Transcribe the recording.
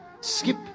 skip